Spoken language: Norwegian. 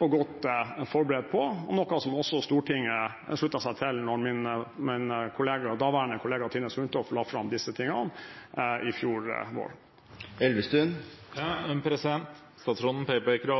og godt forberedt på – noe som også Stortinget sluttet seg til da min daværende statsrådskollega Tine Sundtoft la fram disse tingene i fjor vår. Statsråden påpeker